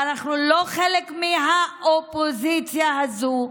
ואנחנו לא חלק מהאופוזיציה הזאת.